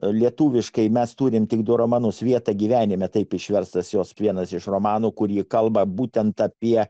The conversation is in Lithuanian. lietuviškai mes turime tik du romanus vietą gyvenime taip išverstas jos vienas iš romanų kurie kalba būtent apie